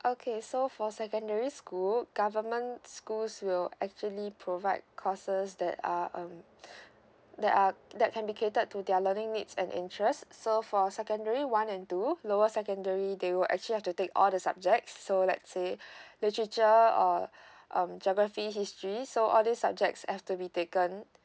okay so for secondary school government schools will actually provide courses that are um that are that can be catered to their learning needs and interest so for secondary one and two lower secondary they will actually have to take all the subject so lets say literature or um geography history so all these subjects have to be taken